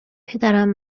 پدرم